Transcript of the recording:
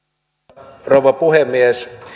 arvoisa rouva puhemies